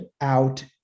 out